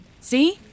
See